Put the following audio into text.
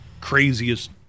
craziest